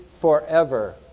forever